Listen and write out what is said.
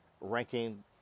ranking